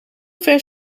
ver